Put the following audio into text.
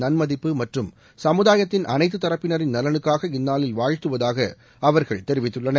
நன்மதிப்பு மற்றும் சமுதாயத்தின் அனைத்து தரப்பினரின் நலனுக்காக இந்நாளில் வாழ்த்துவதாக அவர்கள் தெரிவித்துள்ளனர்